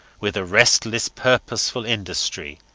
with a restless, purposeful industry,